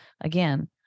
again